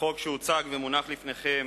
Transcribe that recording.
החוק שהוצג ומונח לפניכם